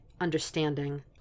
understanding